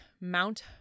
Mount